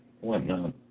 whatnot